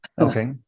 Okay